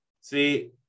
See